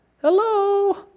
Hello